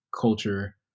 culture